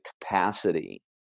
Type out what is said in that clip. capacity